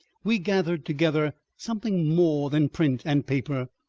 we gathered together something more than print and paper,